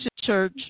Church